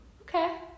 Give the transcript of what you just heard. okay